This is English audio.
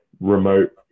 remote